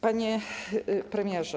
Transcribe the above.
Panie Premierze!